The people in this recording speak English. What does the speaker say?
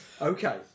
okay